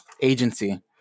Agency